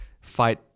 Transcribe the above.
fight